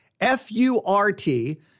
F-U-R-T